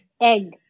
egg